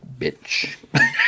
bitch